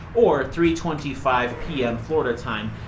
or three twenty five pm florida time,